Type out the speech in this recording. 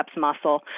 muscle